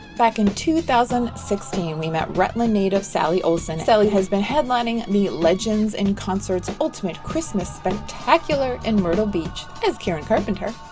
back in two thousand and sixteen we met rutland native sally olson. sally has been headlining the legends in concerts ultimate christmas spectacular in myrtle beach as karen carpenter.